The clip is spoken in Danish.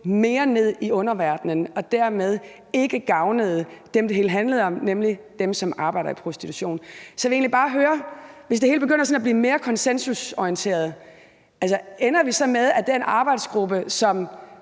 længere ned i underverdenen og dermed ikke gavnede dem, det hele handlede om, nemlig dem, som arbejder i prostitution. Så jeg vil egentlig bare høre om noget. Hvis det hele begynder at blive mere konsensusorienteret, ender vi så med, at den arbejdsgruppe, som